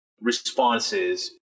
responses